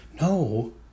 No